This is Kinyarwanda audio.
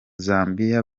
zambia